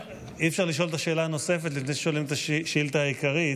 אי-אפשר לשאול את השאלה הנוספת לפני ששואלים את השאילתה העיקרית.